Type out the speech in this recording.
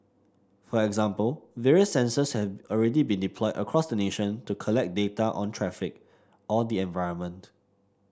for example various sensors have already been deployed across the nation to collect data on traffic or the environment